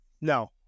No